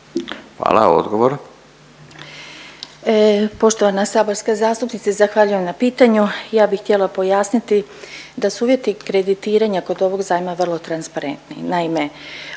Fadila** Poštovana saborska zastupnice, zahvaljujem na pitanju. Ja bih htjela pojasniti da su uvjeti kreditiranja kod ovog zajma vrlo transparentni.